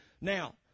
Now